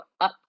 up